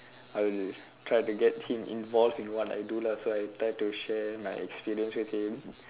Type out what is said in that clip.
I will try to get him involve in what I do lah so I try to share my experience with him